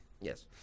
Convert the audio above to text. Yes